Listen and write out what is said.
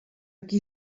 qui